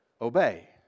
Obey